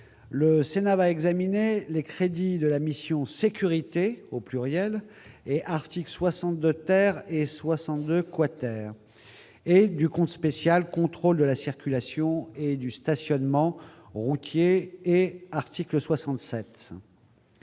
le Sénat va examiner les crédits de la mission sécurité au pluriel et article 62, terre et 62 quater du éduquons spécial, contrôle de la circulation et du stationnement, routiers et article 67.